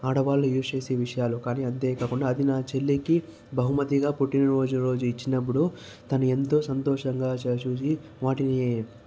ఆడవాళ్లు యూజ్ చేసే విషయాలు కానీ అంతే కాకుండా అది నా చెల్లికి బహుమతిగా పుట్టినరోజు రోజు ఇచ్చినప్పుడు తను ఎంతో సంతోషంగా వాటిని